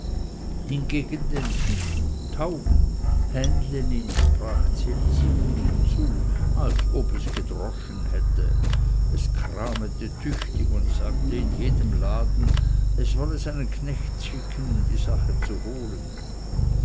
hingegen den fischen tauben hähnelinen sprach ds elisi munter zu als ob es gedroschen hatte es kramete tüchtig und sagte in jedem laden es wolle seinen knecht schicken die sache zu holen